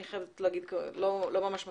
עם זאת, אני חייבת להגיד שהיא לא ממש מפתיעה.